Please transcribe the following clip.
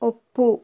ಒಪ್ಪು